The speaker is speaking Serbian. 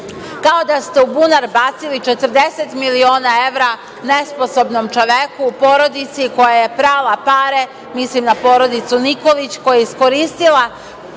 kao da ste u bunar bacili, 40 miliona evra nesposobnom čoveku, porodici koja je prala pare, mislim na porodicu Nikolić, koja je iskoristila